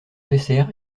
dessert